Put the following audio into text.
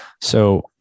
So-